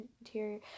interior